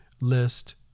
list